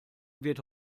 wird